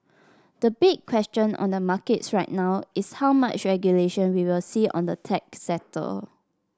the big question on the markets right now is how much regulation we will see on the tech sector